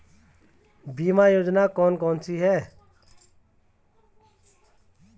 बीमा योजना कौन कौनसी हैं?